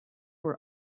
were